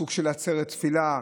סוג של עצרת תפילה,